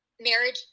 marriage